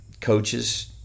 coaches